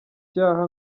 cyaha